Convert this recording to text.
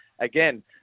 again